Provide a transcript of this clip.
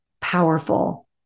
powerful